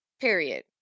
period